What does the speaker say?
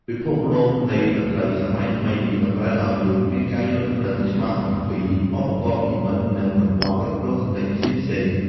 ពិភពលោកនៃតន្ត្រីសម័យថ្មីនេះតម្រូវឱ្យយើងមានការយល់ដឹងច្បាស់អំពីឧបករណ៍និម្មិត និង ប្រព័ន្ធគ្រប់គ្រងសំឡេងផ្សេងៗ។